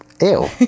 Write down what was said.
Ew